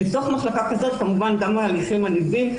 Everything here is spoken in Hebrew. בתוך מחלקה כזאת ייעשו כמובן גם ההליכים הנלווים,